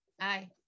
Aye